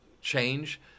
change